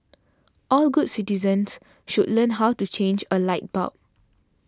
all good citizens should learn how to change a light bulb